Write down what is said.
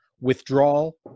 Withdrawal